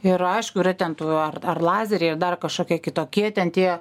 ir aišku yra ten tų ar ar lazeriai ar dar kažkokie kitokie ten tie